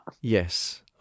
Yes